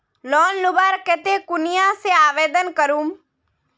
Loan लुबार केते कुनियाँ से आवेदन करूम?